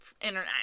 internet